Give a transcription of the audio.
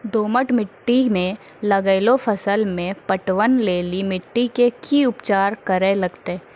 दोमट मिट्टी मे लागलो फसल मे पटवन लेली मिट्टी के की उपचार करे लगते?